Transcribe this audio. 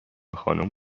خانم